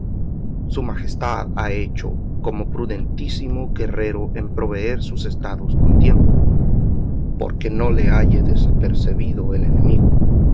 su majestad ha hecho como prudentísimo guerrero en proveer sus estados con tiempo porque no le halle desapercebido el enemigo